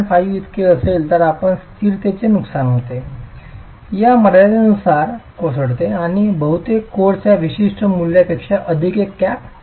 5 इतके असेल तर आपणास स्थिरतेचे नुकसान होते या मर्यादेनुसार कोसळते आणि बहुतेक कोड्स या विशिष्ट मूल्यापेक्षा अधिक एक कॅप ठेवतात